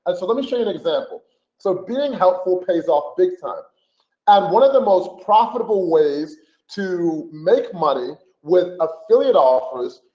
and so let me show you an example so being helpful pays off big time and one of the most profitable ways to make money with affiliate offers,